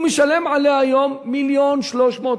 הוא משלם עליה היום 1.3 מיליון,